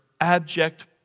abject